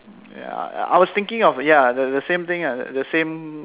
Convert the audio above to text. ya I I was thinking of ya the same thing lah the same